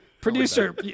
Producer